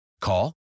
Call